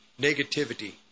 Negativity